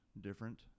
different